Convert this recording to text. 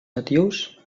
natius